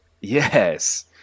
Yes